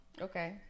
Okay